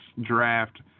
draft